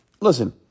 listen